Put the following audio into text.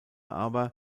aber